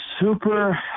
super